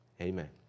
amen